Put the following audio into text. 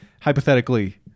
hypothetically